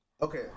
Okay